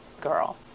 girl